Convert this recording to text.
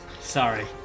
Sorry